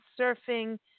surfing